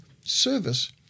service